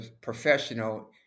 professional